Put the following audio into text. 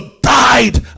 died